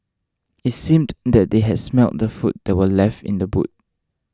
it seemed that they had smelt the food that were left in the boot